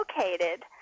located